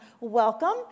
welcome